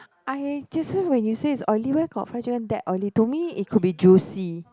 I just now when you say it's oily where got fried chicken that oily to me it could be juicy